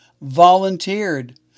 volunteered